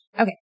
Okay